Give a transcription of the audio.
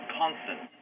constant